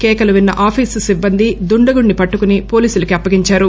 కేకలు విన్న ఆఫీసు సిబ్బంది దుండగుడిని పట్టుకుని పోలీసులకు అప్పగించారు